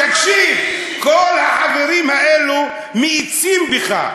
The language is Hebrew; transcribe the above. תקשיב, כל החברים האלה מאיצים בך: